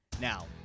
now